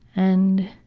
and,